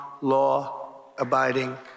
law-abiding